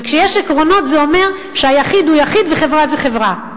וכשיש עקרונות זה אומר שהיחיד הוא יחיד וחברה היא חברה.